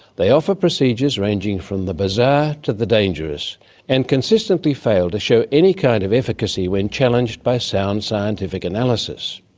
they offer procedures ranging from the bizarre to the dangerous and consistently fail to show any kind of efficacy when challenged by sound scientific analysis.